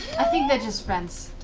i think they're just friends,